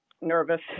nervous